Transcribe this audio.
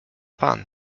pan